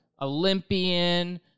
Olympian